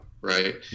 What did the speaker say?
right